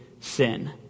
sin